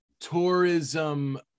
tourism